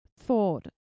thought